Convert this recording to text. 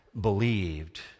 believed